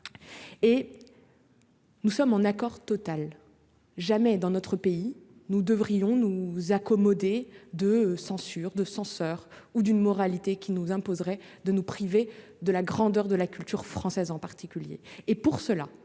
et. Nous sommes en accord total jamais dans notre pays, nous devrions nous accommoder de censure de censeur ou d'une moralité qui nous imposerait de nous priver de la grandeur de la culture française en particulier